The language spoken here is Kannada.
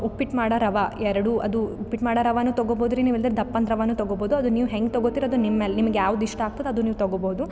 ಉಪ್ಪಿಟ್ಟು ಮಾಡೊ ರವೆ ಎರಡು ಅದು ಉಪ್ಪಿಟ್ಟು ಮಾಡೊ ರವಾನು ತಗೊಬೋದ್ರಿ ನೀವು ಇಲ್ದಿರೆ ದಪ್ಪನ್ದು ರವಾನು ತಗೋಬೋದು ಅದನ್ನು ನೀವು ಹೆಂಗೆ ತಗೋತೀರಿ ಅದು ನಿಮ್ಮ ಮ್ಯಾಲೆ ನಿಮ್ಗೆ ಯಾವ್ದು ಇಷ್ಟ ಆಗ್ತದೆ ಅದು ನೀವು ತಗೊಬೋದು